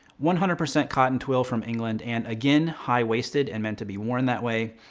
one hundred percent cotton twill from england. and again high-waisted and meant to be worn that way.